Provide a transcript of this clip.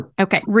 Okay